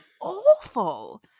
awful